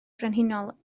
frenhinol